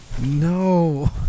No